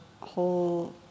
whole